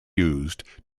used